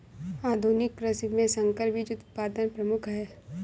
आधुनिक कृषि में संकर बीज उत्पादन प्रमुख है